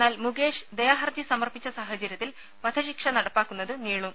എന്നാൽ മുകേഷ് ദയാഹർജി സമർപ്പിച്ച സാഹചര്യത്തിൽ വധശിക്ഷ നടപ്പാക്കുന്നത് നീളും